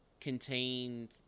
contain